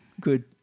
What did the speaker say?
good